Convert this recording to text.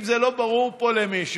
אם זה לא ברור פה למישהו,